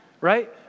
right